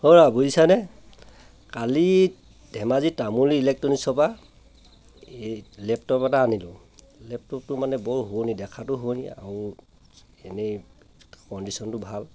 অ'ৰা বুইছানে কালি ধেমাজীৰ তামুল ইলেকট্ৰনিকছৰ পৰা এই লেপটপ এটা আনিলোঁ লেপটপটো মানে বৰ সুৱনি দেখাটো সুৱনি আৰু এনেই কণ্ডিশ্যনটো ভাল